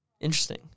Interesting